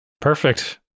Perfect